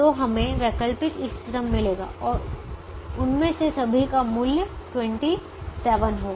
तो हमें वैकल्पिक इष्टतम मिलेगा और उनमें से सभी का मूल्य 27 होगा